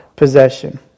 possession